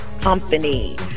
company